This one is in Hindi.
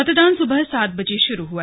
मतदान सुबह सात बजे शुरू हुआ